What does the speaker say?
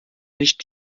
nicht